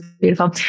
beautiful